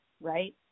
right